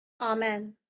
Amen